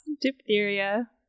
diphtheria